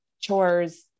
chores